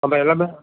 அப்போ எல்லாமே